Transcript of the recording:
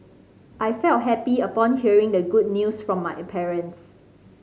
I felt happy upon hearing the good news from my parents